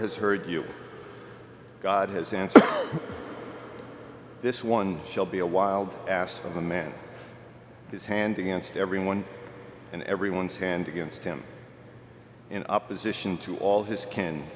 has heard your god has answered this one shall be a wild ass of a man his hand against every one and every one's hand against him in opposition to all his